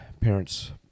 parents